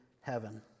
heaven